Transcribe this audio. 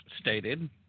stated